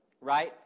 right